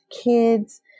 kids